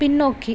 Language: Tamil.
பின்னோக்கி